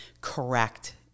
correct